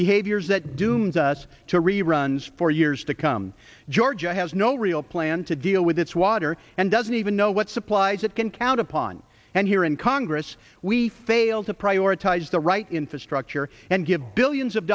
behaviors that dooms us to reruns for years to come georgia has no real plan to deal with its water and doesn't even know what supplies it can count upon and here in congress we fail to prioritize the right infrastructure and give billions of